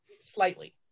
Slightly